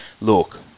look